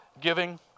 giving